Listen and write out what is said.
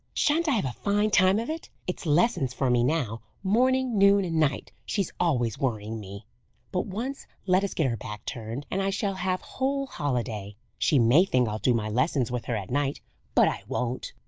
shan't i have a fine time of it! it's lessons for me now, morning, noon, and night she's always worrying me but, once let us get her back turned, and i shall have whole holiday! she may think i'll do my lessons with her at night but i won't!